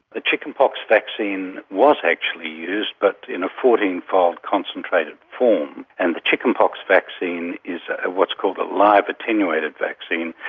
ah chickenpox vaccine was actually used, but in a fourteen fold concentrated form, and the chickenpox vaccine is what's called a live attenuated vaccine.